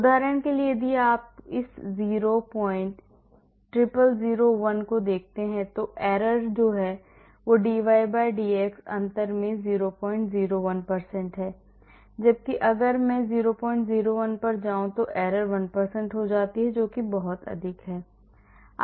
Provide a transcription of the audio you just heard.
उदाहरण के लिए यदि आप इस 00001 को देखते हैं तो error dydx अंतर में 001 है जबकि अगर मैं 001 पर जाऊं तो error 1 हो जाती है जो बहुत अधिक है